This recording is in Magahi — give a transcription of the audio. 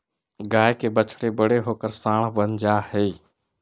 गाय के बछड़े बड़े होकर साँड बन जा हई